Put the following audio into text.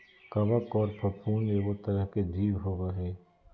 कवक आर फफूंद एगो तरह के जीव होबय हइ